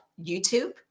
YouTube